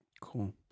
Cool